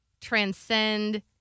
transcend